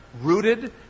Rooted